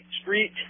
Street